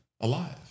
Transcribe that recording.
alive